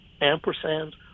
ampersand